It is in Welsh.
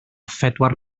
phedwar